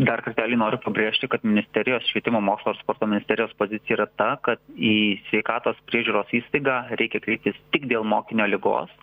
dar kartelį noriu pabrėžti kad ministerijos švietimo mokslo ir sporto ministerijos pozicija yra ta kad į sveikatos priežiūros įstaigą reikia kreiptis tik dėl mokinio ligos